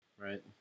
Right